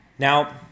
Now